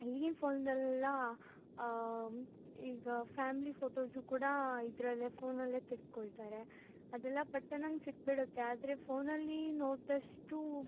ಈಗಿನ್ ಫೋನ್ದೆಲ್ಲಾ ಈಗ ಫ್ಯಾಮಿಲಿ ಫೋಟೊಸು ಕೂಡ ಇದರಲ್ಲೇ ಫೋನಲ್ಲೇ ತೆಕ್ಕೊಳ್ತಾರೆ ಅದೆಲ್ಲ ಪಟ್ಟನಂಗೆ ಸಿಕ್ಬಿಡುತ್ತೆ ಆದರೆ ಫೋನಲ್ಲಿ ನೋಡಿದಷ್ಟು